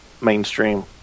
mainstream